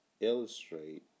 illustrate